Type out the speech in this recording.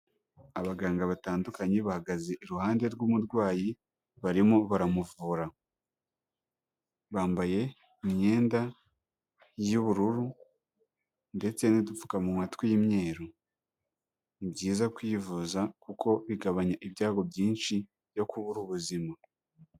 Abaganga batandukanye bahagaze iruhande rw'umurwayi barimo baramuvura, bambaye imyenda y'ubururu ndetse n'udupfukamunwa tw'imyeru, ni byiza kwivuza kuko bigabanya ibyago byinshi byo kubura ubuzima.